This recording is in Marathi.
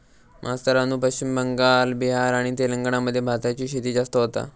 मास्तरानू पश्चिम बंगाल, बिहार आणि तेलंगणा मध्ये भाताची शेती जास्त होता